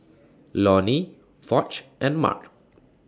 Lonny Foch and Mark